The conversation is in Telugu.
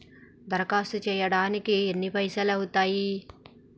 దరఖాస్తు చేయడానికి ఎన్ని పైసలు అవుతయీ?